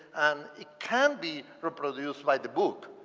and it can be reproduced by the book.